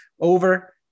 over